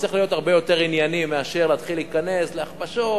צריך להיות הרבה יותר ענייני מאשר להתחיל להיכנס להכפשות,